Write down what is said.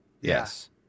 Yes